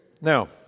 now